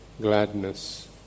gladness